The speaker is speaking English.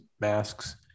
masks